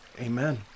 amen